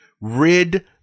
rid